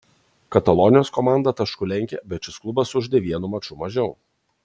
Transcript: katalonijos komanda tašku lenkia bet šis klubas sužaidė vienu maču mažiau